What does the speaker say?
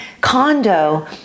condo